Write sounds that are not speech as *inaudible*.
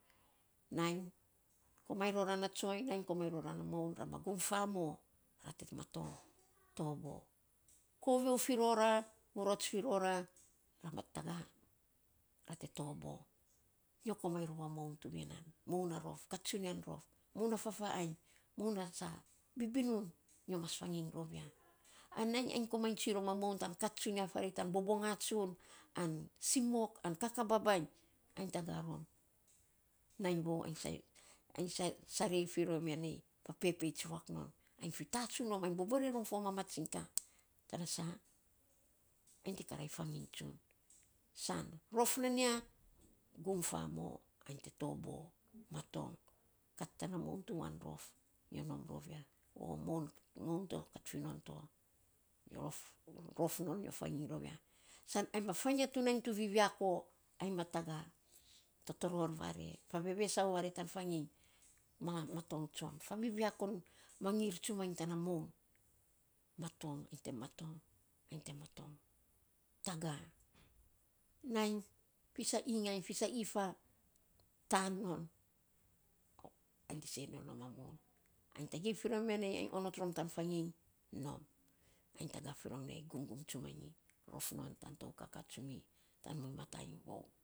Nainy komainy rora na tsoiny, nainy komainy rora na moun. Ra ma gum fa mo, ra te matong *noise* tabo. *noise* Kaviou fi rora *noise* vurots fi rora, ra ma tago, ra te tabo. Nyo komainy rou a moun tuvinan, moun na rouf, kat tsunian rof moun na fafaainy, moun na sa bibinun nyo mas fanginy rou ya *noise* an nainy ainy komainy tsun moun a rom tan kat tsunia farei tan bobonga, tsun an simok an kaka babainy ainy taga rom *noise* nainy vou ai *hesitation* sarei fi rom ya nei, fapepeits ruak non ainy fitatsun rom ainy bobore rom fo mamatsiny ka *noise* tana sa *noise* ainy te karainy fanginy tsun. *noise* san rof nan ya gum famo ainy te tobo matong kat tana moun tuviyan rof nyo nom rou ya. O moun to, kat finon to, rof non nyo fanginy rou ya. San ainy mas fainy ya tu nainy viviako, ainy ma taga, fa vevesau tan fanginy. Ma matong tsom. Fa viviakon mangir tsumanyi tana moun. Matong ainy te matong ainy te matong. Taga nainy fis a ingainy, fis a ifa tan non ainy te se nonom a moun. ainy tagei fi rom ya nei ainy onot rom tan fangin, nom. Ainy taga fi rom ya nei, gumgum tsu manyi rof non tan tou kaka tsumi tan muinymata iny vou.